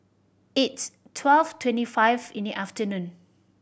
its twelve twenty five in the afternoon